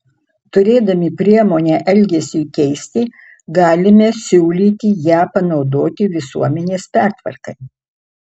turėdami priemonę elgesiui keisti galime siūlyti ją panaudoti visuomenės pertvarkai